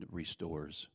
restores